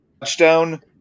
touchdown